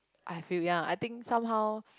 I feel ya I think somehow